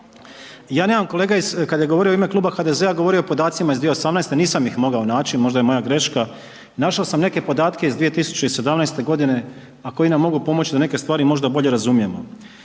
Ja nemam, kolega iz kad je govorio u ime Kluba HDZ-a govorio o podacima iz 2018. nisam ih mogao naći, možda je moja greška, našao sam neke podatke iz 2017. godine, a koji nam mogu pomoći da neke stvari možda bolje razumijemo.